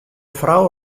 frou